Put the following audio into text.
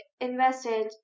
invested